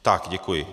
Tak, děkuji.